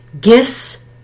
Gifts